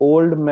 Old